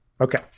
Okay